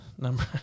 number